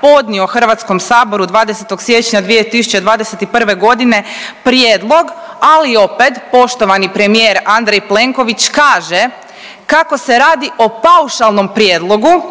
podnio HS 20. siječnja 2021.g. prijedlog, ali opet poštovani premijer Andrej Plenković kaže kako se radi o paušalnom prijedlogu,